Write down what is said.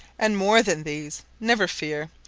and more than these, never fear,